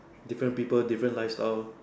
different people different lifestyle